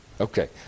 Okay